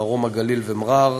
מרום-הגליל ומע'אר,